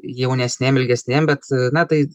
jaunesnėm ilgesnėm bet na tai